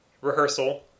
rehearsal